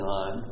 on